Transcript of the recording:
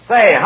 Say